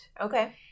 Okay